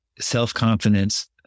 self-confidence